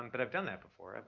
but i've done that before,